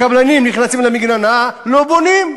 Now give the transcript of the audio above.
הקבלנים נכנסים למגננה, לא בונים.